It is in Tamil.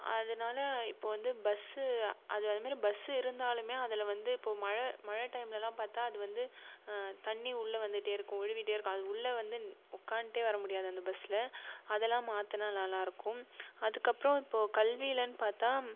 அதனால இப்போது வந்து பஸ்ஸு அது அது மாரி பஸ்ஸு இருந்தாலுமே அதில் வந்து இப்போது மழை மழை டைம்லெலாம் பார்த்தா அது வந்து தண்ணி உள்ளே வந்துட்டே இருக்கும் ஒழுவிட்டே இருக்கும் அது உள்ளே வந்து உட்காண்டே வரமுடியாது அந்த பஸில் அதெல்லாம் மாற்றுனா நல்லாயிருக்கும் அதுக்கப்புறம் இப்போது கல்வியிலனு பார்த்தா